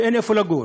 שאין לו איפה לגור.